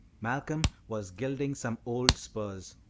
malcolm was gilding some old spurs,